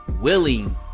willing